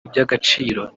by’agaciro